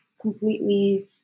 completely